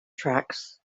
tracks